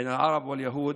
בין הערבים ליהודים,